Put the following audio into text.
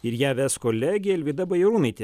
ir ją ves kolegė alvyda bajarūnaitė